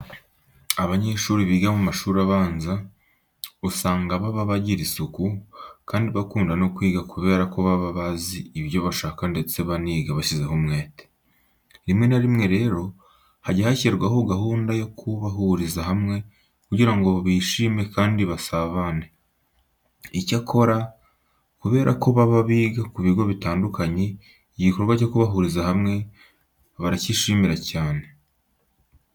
Abanyeshuri biga mu mashuri abanza usanga baba bagira isuku kandi bakunda no kwiga kubera ko baba bazi ibyo bashaka ndetse baniga bashyizeho umwete. Rimwe na rimwe rero hajya hashyirwaho gahunda yo kubahuriza hamwe kugira ngo bishime kandi basabane. Icyakora kubera ko baba biga ku bigo bitandukanye igikorwa cyo kubahuriza hamwe baracyishimira cyane.